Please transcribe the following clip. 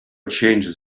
changes